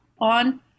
on